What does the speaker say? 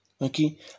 okay